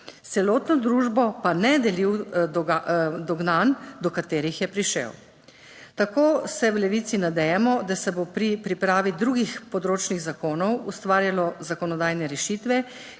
celotno družbo pa ne delil dognanj, do katerih je prišel. Tako se v Levici nadejamo, da se bo pri pripravi drugih področnih zakonov ustvarjalo zakonodajne rešitve,